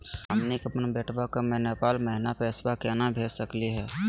हमनी के अपन बेटवा क नेपाल महिना पैसवा केना भेज सकली हे?